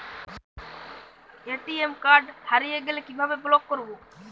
ATM card হারিয়ে গেলে কিভাবে ব্লক করবো?